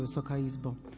Wysoka Izbo!